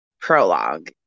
prologue